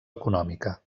econòmica